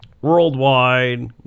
Worldwide